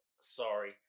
Sorry